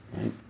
Right